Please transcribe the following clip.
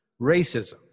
racism